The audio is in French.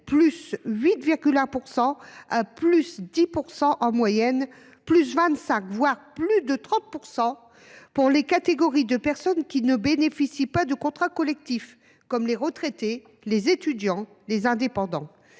+8,1 % et +10 % en moyenne ; +25 %, voire +30 % pour les catégories de personnes qui ne bénéficient pas de contrats collectifs, comme les retraités, les étudiants ou les indépendants.